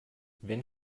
wenn